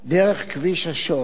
דרך כביש השורק,